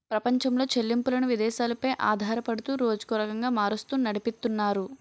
ప్రపంచంలో చెల్లింపులను విదేశాలు పై ఆధారపడుతూ రోజుకో రకంగా మారుస్తూ నడిపితున్నారు